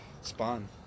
Spawn